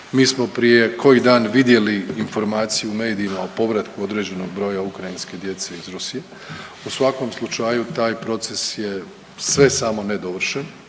Mi smo prije koji dan vidjeli informaciju u medijima o povratku određenog broja ukrajinske djece iz Rusije. U svakom slučaju taj proces je sve samo ne dovršen